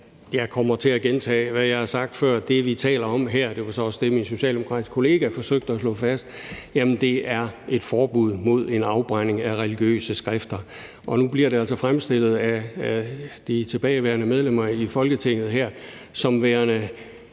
Jeg kommer til at gentage, hvad jeg har sagt før. Det, vi taler om her – det var så også det, min socialdemokratiske kollega forsøgte at slå fast – er et forbud mod en afbrænding af religiøse skrifter. Nu bliver det altså fremstillet af de tilbageværende medlemmer i Folketinget her, som om det